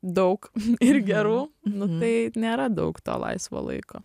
daug ir gerų nu tai nėra daug to laisvo laiko